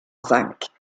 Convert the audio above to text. zinc